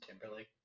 Timberlake